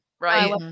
right